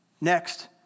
Next